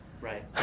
Right